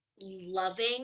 loving